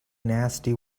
nasty